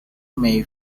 may